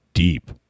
Deep